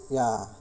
ya